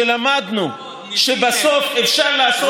שלמדנו שבסוף אפשר לעשות,